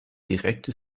direkte